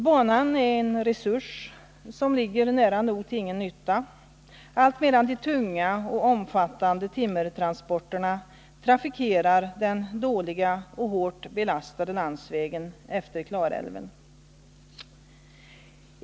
Banan är en resurs som ligger nära nog till ingen nytta, alltmedan de tunga och omfattande timmertransporterna trafikerar den dåliga och hårt belastade landsvägen efter Klarälven.